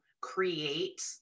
create